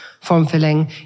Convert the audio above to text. form-filling